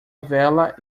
vela